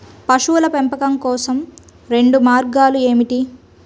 పశువుల పెంపకం కోసం రెండు మార్గాలు ఏమిటీ?